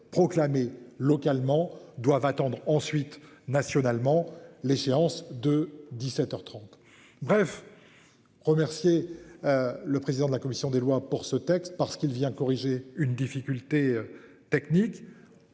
proclamés localement doivent attendre ensuite nationalement les séances de 17h 30. Bref. Remercier. Le président de la commission des lois pour ce texte parce qu'il vient corriger une difficulté. Technique.